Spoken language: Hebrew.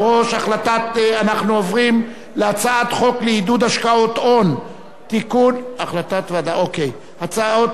אנחנו עוברים להצעת חוק לעידוד השקעות הון (תיקון מס' 69 והוראת שעה),